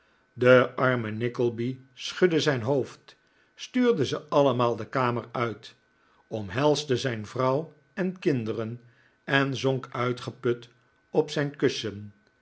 de arme nickleby schudde zijn hoofd stuurde ze allemaal de kamer uit omhelsde zijn vrouw en kinderen en zonk uitgeput op zijn kussen